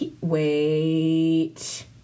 Wait